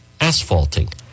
asphalting